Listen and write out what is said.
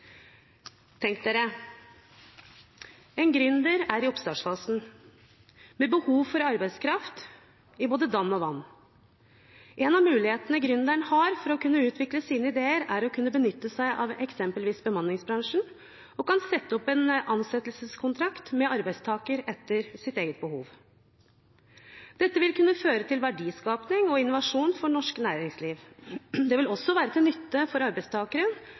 Tenk dere: En gründer er i oppstartsfasen, med behov for arbeidskraft både dann og vann. En av mulighetene gründeren har for å kunne utvikle sine ideer, er å kunne benytte seg av eksempelvis bemanningsbransjen og kunne sette opp en ansettelseskontrakt med arbeidstaker etter sitt eget behov. Dette vil kunne føre til verdiskaping og innovasjon for norsk næringsliv. Det vil også være til nytte for arbeidstakere